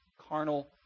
carnal